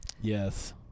Yes